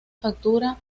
factura